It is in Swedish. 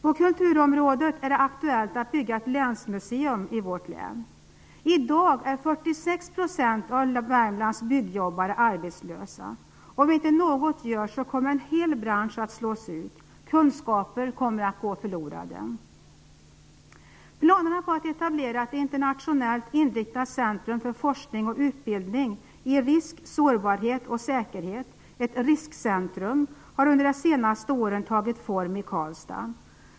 På kulturområdet är det aktuellt att bygga ett nytt länsmuseum i vårt län. I dag är 46 % av alla Värmlands byggjobbare arbetslösa. Om inte något görs, kommer en hel bransch att slås ut, och kunskaper kommer att gå förlorade. Planerna på att etablera ett internationellt inriktat centrum för forskning och utbildning i risk, sårbarhet och säkerhet, ett riskcentrum, har under det senaste året tagit form i Karlstad.